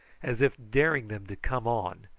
as if daring them to come on,